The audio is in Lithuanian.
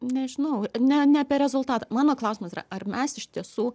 nežinau ne ne apie rezultatą mano klausimas yra ar mes iš tiesų